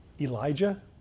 Elijah